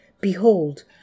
Behold